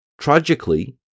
Tragically